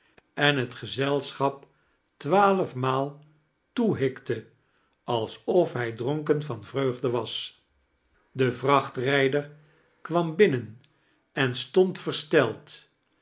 en het jgezelschap twaalf maal toehikte alsof hij dronken van vreugde was de vrachtrijder kwam binnen en stond versteld